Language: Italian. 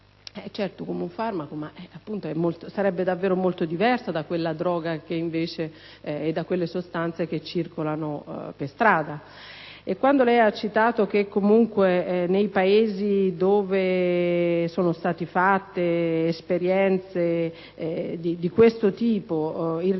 Certo, come un farmaco, e sarebbe davvero molto diversa da quella droga e da quelle sostanze che invece circolano per strada. Lei ha poi detto che comunque nei Paesi dove sono state fatte esperienze di questo tipo in realtà